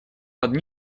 под